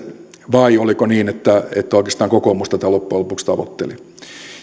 vai oliko niin että että oikeastaan kokoomus tätä loppujen lopuksi tavoitteli